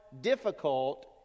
difficult